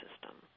system